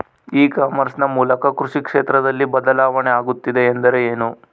E commerce ನ ಮೂಲಕ ಕೃಷಿ ಕ್ಷೇತ್ರದಲ್ಲಿ ಬದಲಾವಣೆ ಆಗುತ್ತಿದೆ ಎಂದರೆ ಏನು?